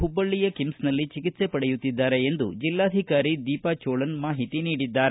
ಹುಬ್ಬಳ್ಳಿಯ ಕಿಮ್ಸನಲ್ಲಿ ಚಿಕಿತ್ಸೆ ಪಡೆಯುತ್ತಿದ್ದಾರೆ ಎಂದು ಜಿಲ್ಲಾಧಿಕಾರಿ ದೀಪಾ ಚೋಳನ್ ತಿಳಿಸಿದ್ದಾರೆ